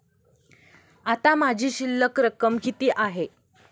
आता माझी शिल्लक रक्कम किती आहे?